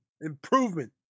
improvement